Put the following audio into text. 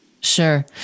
Sure